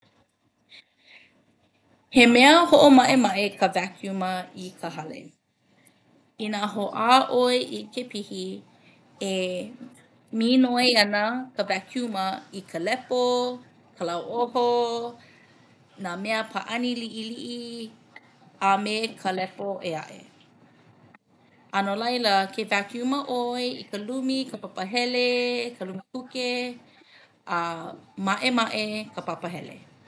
He mea ho'oma'ema'e ka wākiuma i ka hale. Inā hoʻā ʻoe i ke pihi e minoi ana ka wākiuma i ka lepo, ka lauoho, nā mea pāʻani liʻiliʻi a me ka lepo ʻē aʻe. A no laila, ke wākiuma ʻoe i ka lumi, ka papahele, ka lumi kuke maʻemaʻe ka papahele.